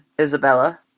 Isabella